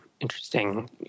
interesting